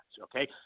okay